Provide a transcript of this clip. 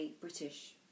British